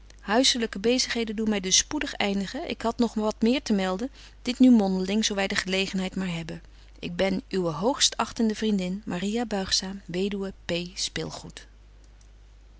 huisselyke bezigheden doen my dus spoedig eindigen ik had nog wat meer te melden dit nu mondeling zo wy de gelegenheid maar hebben ik ben uwe hoogstachtende vriendin maria buigzaam weduwe